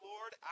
Lord